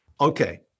Okay